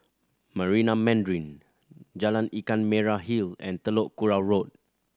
Marina Mandarin Jalan Ikan Merah Hill and Telok Kurau Road